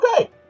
okay